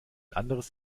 anderes